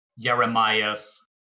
Jeremiah's